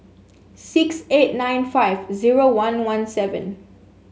six eight nine five zero one one seven